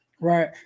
Right